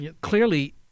clearly